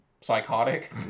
Psychotic